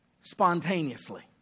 spontaneously